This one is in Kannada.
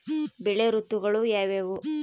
ಬೆಳೆ ಋತುಗಳು ಯಾವ್ಯಾವು?